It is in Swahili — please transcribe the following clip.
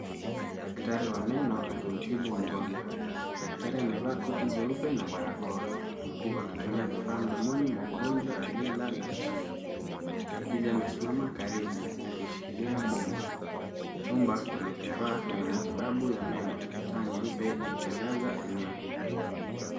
Daktari wa meno akimtibu mgonjwa. Daktari amevaa koti jeupe na barakoa, huku akitumia vifaa mdomoni mwa mgonjwa aliyelala chini. Msaidizi amesimama karibu, akishikilia bomba. Chumba kina kifaa vya matibabu ya meno, taa nyeupe ikiangaza eneo hilo.